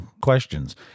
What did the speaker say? questions